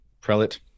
prelate